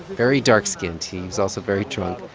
very dark-skinned. he's also very drunk.